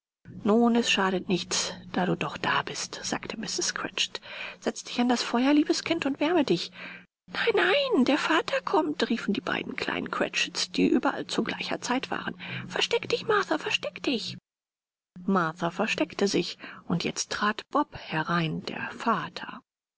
nun es schadet nichts da du doch da bist sagte mrs cratchit setze dich an das feuer liebes kind und wärme dich nein nein der vater kommt riefen die beiden kleinen cratchits die überall zu gleicher zeit waren versteck dich martha versteck dich martha versteckte sich und jetzt trat bob herein der vater